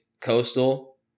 coastal